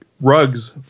rugs